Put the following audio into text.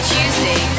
Tuesday